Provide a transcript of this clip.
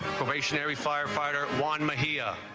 stationary firefighter juan mejia